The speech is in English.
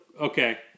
Okay